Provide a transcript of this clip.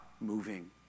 moving